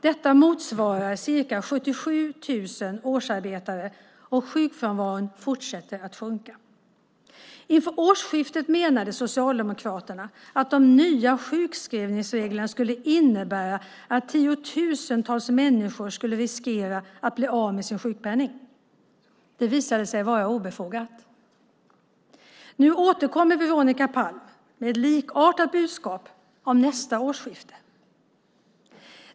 Detta motsvarar ca 77 000 årsarbetare, och sjukfrånvaron fortsätter att sjunka. Inför årsskiftet menade Socialdemokraterna att de nya sjukskrivningsreglerna skulle innebära att tiotusentals människor skulle riskera att bli av med sin sjukpenning. Det visade sig vara obefogat. Nu återkommer Veronica Palm med ett likartat budskap om nästa årsskifte.